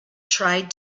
tried